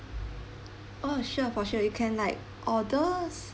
orh sure for sure you can like orders